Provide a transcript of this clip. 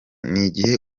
n’igihe